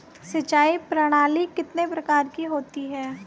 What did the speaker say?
सिंचाई प्रणाली कितने प्रकार की होती हैं?